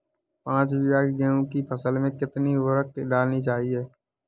पाँच बीघा की गेहूँ की फसल में कितनी उर्वरक डालनी चाहिए?